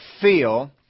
feel